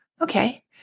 Okay